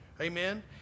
Amen